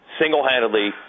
single-handedly